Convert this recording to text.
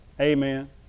Amen